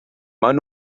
maen